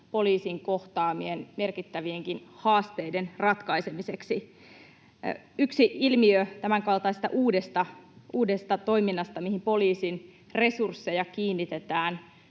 poliisin kohtaamien merkittävienkin haasteiden ratkaisemiseksi. Yksi ilmiö tämänkaltaisesta uudesta toiminnasta, mihin poliisin resursseja kiinnitetään